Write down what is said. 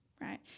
Right